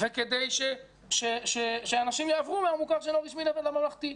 וכדי שאנשים יעברו מהמוכר שאינו רשמי לממלכתי.